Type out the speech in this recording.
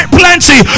plenty